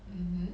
mmhmm